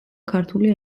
ქართული